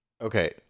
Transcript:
Okay